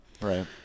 Right